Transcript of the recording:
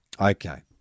Okay